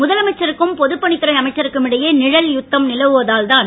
முதலமைச்சருக்கும் பொது பணித்துறை அமைச்சருக்கும் இடையே நிழல் யுத்தம் நிலவுவதால் தான்